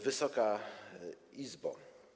Wysoka Izbo!